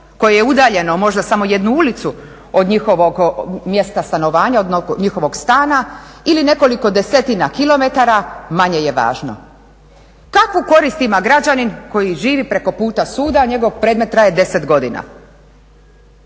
koje je udaljeno možda samo jednu ulicu od njihovog mjesta stanovanja, od njihovog stana, ili nekoliko desetina kilometara manje je važno. Kakvu korist ima građanin koji živi preko puta suda, njegov predmet traje 10 godina?